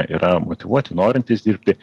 yra motyvuoti norintys dirbti